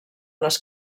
les